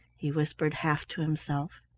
he whispered half to himself.